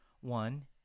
One